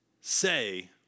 say